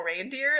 reindeer